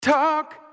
Talk